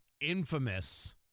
infamous